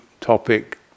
topic